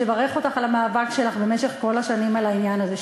לברך אותך על המאבק שלך במשך כל השנים על העניין הזה.